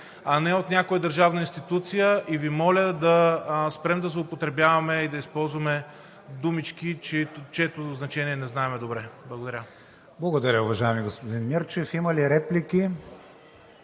а не от някоя държавна институция. И Ви моля да спрем да злоупотребяваме и да използваме думички, чието значение не знаем добре. Благодаря. ПРЕДСЕДАТЕЛ КРИСТИАН ВИГЕНИН: Благодаря, уважаеми господин Мирчев. Има ли реплики?